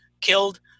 killed